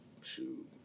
shoot